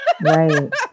Right